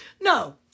No